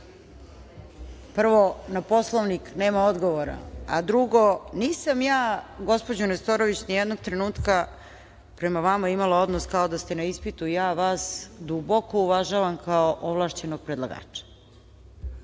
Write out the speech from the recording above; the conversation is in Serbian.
prvo, na Poslovnik nema odgovora. Drugo, nisam ja, gospođo Nestorović, nijednog trenutka prema vama imala odnos kao da ste na ispitu, ja vas duboko uvažavam kao ovlašćenog predlagača. Ni